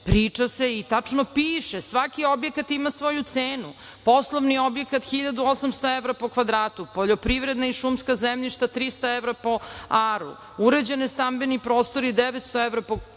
već. Priča se i tačno piše – svaki objekat ima svoju cenu: poslovni objekat 1.800 evra po kvadratu, poljoprivredna i šumska zemljišta 300 evra po aru, uređeni stambeni prostori 900 evra po kvadratu,